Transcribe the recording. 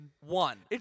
one